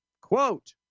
Quote